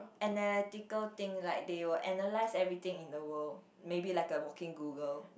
analytical thing like they were analyse everything in the world maybe like a walking Google